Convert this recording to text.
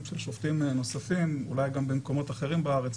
שופטים נוספים אולי גם במקומות אחרים בארץ,